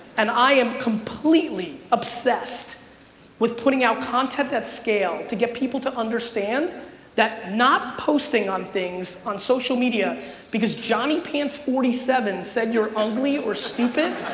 and i am completely obsessed with putting out content that scale to get people to understand that not posting on things on social media because johnny pants forty seven said you're ugly or stupid.